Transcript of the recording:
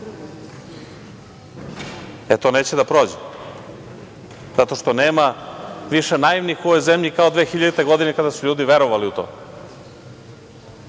to neće da prođe zato što nema više naivnih u ovoj zemlji kao 2.000 godine, kada su ljudi verovali u to. Ne